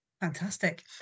Fantastic